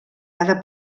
cada